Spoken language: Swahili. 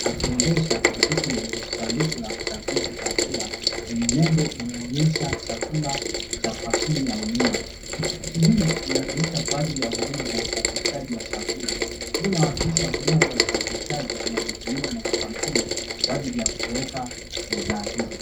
akiendesha pikipiki yenye sanduku la kusafirisha chakula yenye nembo inayoonyesha chakula cha kampuni ya unia, pikipiki hii inatumika kwa ajili ya huduma za usafirishaji wa chakula, hii inawakilisha huduma za usafirishaji zinazotumiwa na makampuni kwa ajili ya kupeleka bidhaa hizo.